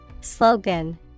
Slogan